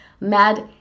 mad